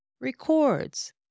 records